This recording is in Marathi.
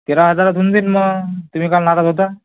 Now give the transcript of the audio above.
तेरा हजारात होऊन जाईन मग तुम्ही काल नागत होता